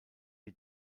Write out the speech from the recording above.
die